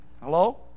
Hello